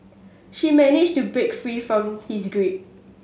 she managed to break free from his grip